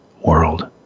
world